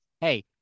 hey